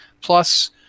plus